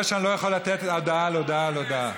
הוא אומר שאני לא יכול לתת הודעה על הודעה על הודעה.